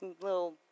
little